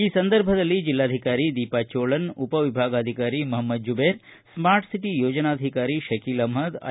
ಈ ಸಂದರ್ಭದಲ್ಲಿ ಜಿಲ್ಲಾಧಿಕಾರಿ ದೀಪಾ ಚೋಳನ್ ಉಪವಿಭಾಗಾಧಿಕಾರಿ ಮಹಮದ್ ಜುಬೇರ್ ಸ್ಟಾರ್ಟ್ ಸಿಟಿ ಯೋಜನಾಧಿಕಾರಿ ಶಕೀಲ್ ಅಹಮದ್ ಐ